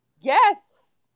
Yes